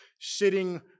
sitting